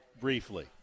briefly